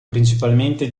principalmente